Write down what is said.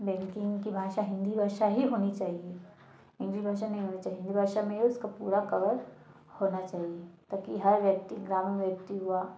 banking कि भाषा हिंदी भाषा ही होनी चाहिए हिंदी भाषा में होनी चाहिए हिंदी भाषा में उसका पूरा कवर होना चाहिए ताकि हर व्यक्ति गाँव व्यक्ति हुआ